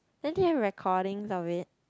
then do you have recording of it